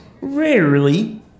rarely